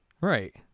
Right